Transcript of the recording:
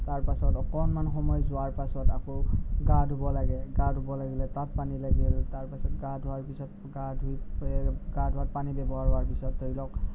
তাৰপাছত অকণমান সময় যোৱাৰ পাছত আকৌ গা ধুব লাগে গা ধুব লাগিলে তাত পানী লাগিল তাৰপিছত গা ধোৱাৰ পিছত গা ধুই গা ধুৱাত পানী ব্যৱহাৰ হোৱাৰ পিছত ধৰি লওক